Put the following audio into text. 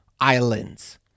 islands